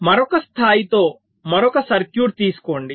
మరొక స్థాయితో మరొక సర్క్యూట్ తీసుకోండి